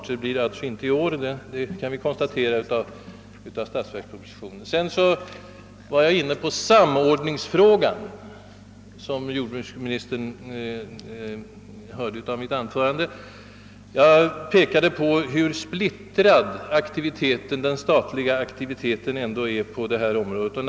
Tyvärr kommer den alltså inte i år, det kan vi konstatera i statsverkspropositionen. Sedan var jag inne på samordningsfrågan, vilket jordbruksministern kanske hörde, då han lyssnade på mitt tidigare anförande. Jag påpekade hur splittrad den statliga aktiviteten på detta om råde redan nu är.